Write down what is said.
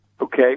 Okay